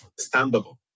standable